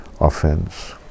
offense